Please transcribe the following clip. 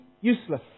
useless